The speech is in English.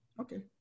Okay